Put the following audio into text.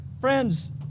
Friends